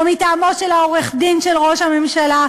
או מטעמו של העורך-דין של ראש הממשלה,